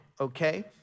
okay